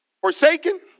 Forsaken